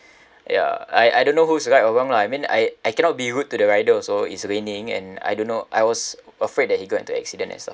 ya I I don't know who is right or wrong lah I mean I I cannot be rude to the rider also it's raining and I don't know I was afraid that he got into accident and stuff